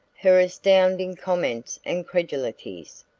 her astounding comments and credulities,